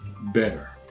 better